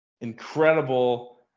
incredible